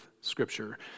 Scripture